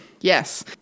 Yes